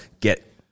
get